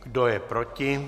Kdo je proti?